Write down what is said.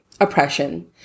oppression